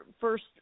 first